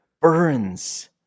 burns